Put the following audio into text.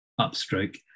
upstroke